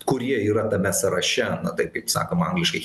kurie yra tame sąraše na taip kaip sakoma angliškai